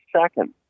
second